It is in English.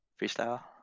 Freestyle